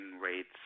rates